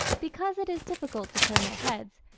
because it is difficult to turn their heads,